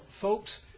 folks